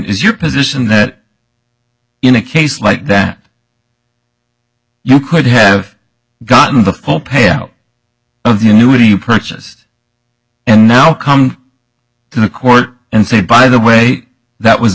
is your position that in a case like that you could have gotten the full pay out of the purchased and now come to the court and say by the way that was